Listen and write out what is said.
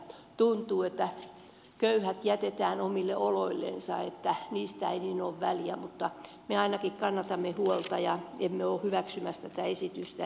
tuntuu että köyhät jätetään omiin oloihinsa ja niistä ei niin ole väliä mutta me ainakin kannamme heistä huolta ja emme ole hyväksymässä tätä esitystä